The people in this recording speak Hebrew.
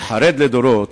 החרד לדורות,